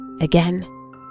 Again